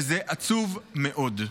וזה עצוב מאוד.